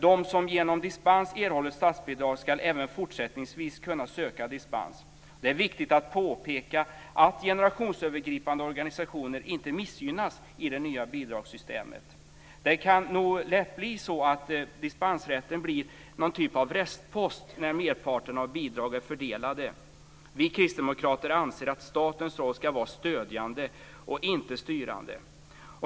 De som genom dispens erhållit statsbidrag ska även fortsättningsvis kunna söka dispens. Det är viktigt att påpeka att generationsövergripande organisationer inte missgynnas i det nya bidragssystemet. Det kan nog lätt bli så att dispensrätten blir en typ av restpost när merparten av bidrag är fördelade. Vi kristdemokrater anser att statens roll ska vara stödjande och inte styrande.